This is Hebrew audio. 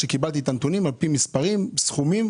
שקיבלתי את הנתונים על פי מספרים וסכומים.